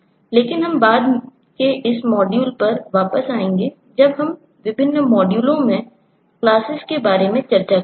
लेकिन हम बाद के इस मॉड्यूल पर वापस आएंगे जब हम विभिन्न मॉड्यूलों में क्लासेस के बारे में चर्चा करेंगे